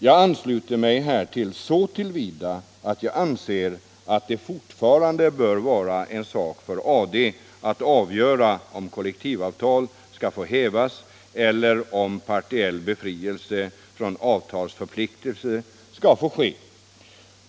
Jag ansluter mig härtill såtillvida att jag anser att det fortfarande bör vara en sak för AD att avgöra om kollektivavtal skall få hävas eller om partiell befrielse från avtalsförpliktelse skall få ske.